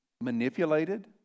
manipulated